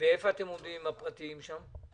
אתם עומדים עם הפרטיים שם?